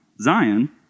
Zion